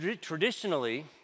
Traditionally